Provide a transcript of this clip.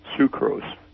sucrose